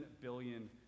billion